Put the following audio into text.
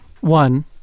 One